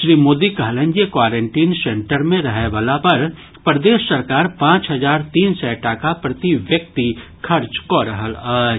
श्री मोदी कहलनि जे quarantine centre मे रहयवला पर प्रदेश सरकार पांच हजार तीन सय टाका प्रतिव्यक्ति खर्च कऽ रहल अछि